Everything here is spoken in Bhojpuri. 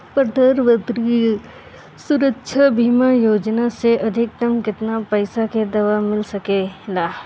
प्रधानमंत्री सुरक्षा बीमा योजना मे अधिक्तम केतना पइसा के दवा मिल सके ला?